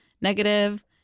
negative